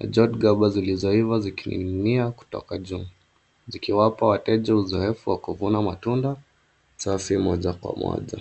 na jotgaba zilizoiva zikining'inia kutoka juu zikiwapa wateja uzoefu wa kuvuna matunda safi moja kwa moja.